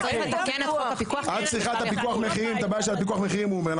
צריך לתקן את חוק הפיקוח כדי שהחוק יחול.